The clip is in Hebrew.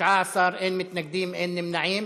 אין מתנגדים, אין נמנעים.